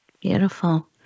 Beautiful